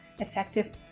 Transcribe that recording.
effective